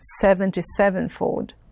seventy-sevenfold